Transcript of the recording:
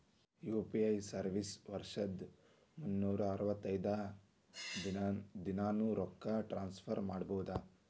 UPI service ವರ್ಷದ್ ಮುನ್ನೂರ್ ಅರವತ್ತೈದ ದಿನಾನೂ ರೊಕ್ಕ ಟ್ರಾನ್ಸ್ಫರ್ ಮಾಡ್ಬಹುದು